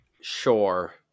Sure